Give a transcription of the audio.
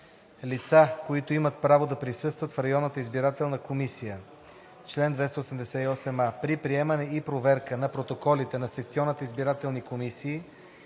„Лица, които имат право да присъстват в общинската избирателна комисия Чл. 446а. При приемане и проверка на протоколите на секционните избирателни комисии